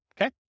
Okay